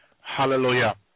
hallelujah